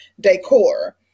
decor